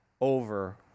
over